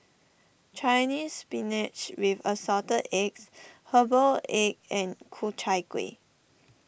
Chinese Spinach with Assorted Eggs Herbal Egg and Ku Chai Kuih